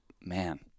man –